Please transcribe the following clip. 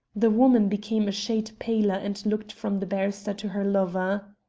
the woman became a shade paler and looked from the barrister to her lover.